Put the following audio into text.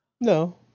No